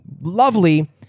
lovely